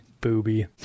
Booby